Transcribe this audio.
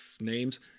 names